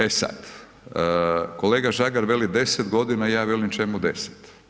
E sad, kolega Žagar veli 10 godina, ja velim čemu 10.